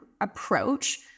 approach